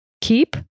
Keep